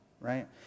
right